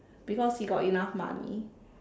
because he got enough money